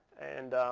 and